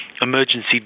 emergency